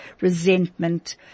resentment